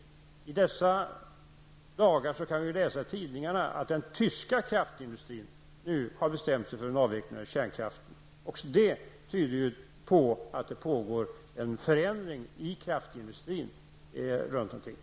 Vi kan i dessa dagar läsa i tidningarna att den tyska kraftindustrin nu bestämt sig för en avveckling av kärnkraften. Också detta tyder på att det pågår en förändring inom kraftindustrin runt om i världen.